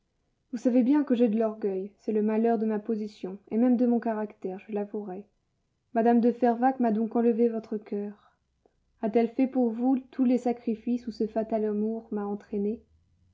vous savez bien que j'ai de l'orgueil c'est le malheur de ma position et même de mon caractère je l'avouerai mme de fervaques m'a donc enlevé votre coeur a-t-elle fait pour vous tous les sacrifices où ce fatal amour m'a entraînée